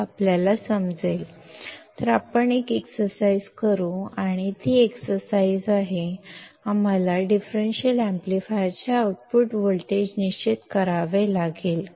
ಆದ್ದರಿಂದ ನಾವು ಒಂದು ಪ್ರಾಬ್ಲಮ್ ಅನ್ನು ಮಾಡೋಣ ಮತ್ತು ಆ ಪ್ರಾಬ್ಲಮ್ ಡಿಫರೆನ್ಷಿಯಲ್ ಆಂಪ್ಲಿಫೈಯರ್ನ ಔಟ್ಪುಟ್ ವೋಲ್ಟೇಜ್ ಅನ್ನು ನಾವು ನಿರ್ಧರಿಸಬೇಕು